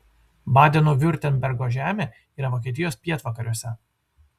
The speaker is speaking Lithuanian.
badeno viurtembergo žemė yra vokietijos pietvakariuose